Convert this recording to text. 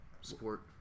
support